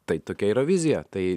tai tokia yra vizija tai